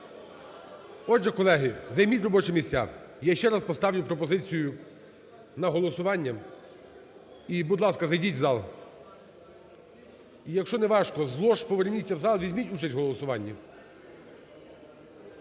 Отже, колеги, займіть робочі місця я ще раз поставлю пропозицію на голосування і, будь ласка, зайдіть в зал. Якщо не важко, з ложі поверніться в зал і візьміть участь у голосуванні.